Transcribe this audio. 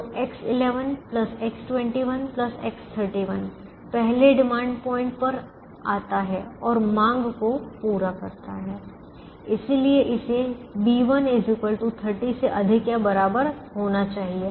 तो X11 X21 X31 पहले demand point पर आता है और मांग को पूरा करना है इसलिए इसे b1 30 से अधिक या बराबर होना चाहिए